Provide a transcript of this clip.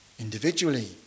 Individually